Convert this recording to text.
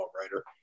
writer